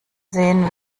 sehen